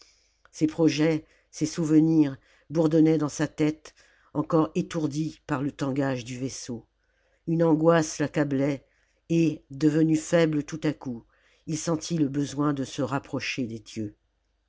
ses projets ses souvenirs bourdonnaient dans sa tête encore étourdie par le tangage du vaisseau une angoisse l'accablait et devenu faible tout à coup il sentit le besoin de se rapprocher des dieux